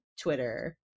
Twitter